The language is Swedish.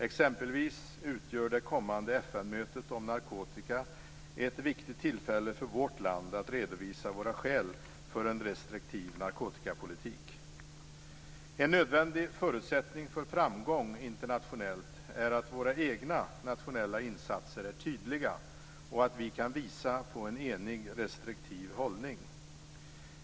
Exempelvis utgör det kommande FN-mötet om narkotika ett viktigt tillfälle för vårt land att redovisa våra skäl för en restriktiv narkotikapolitik. En nödvändig förutsättning för framgång internationellt är att våra egna nationella insatser är tydliga och att vi kan visa på en enig restriktiv hållning.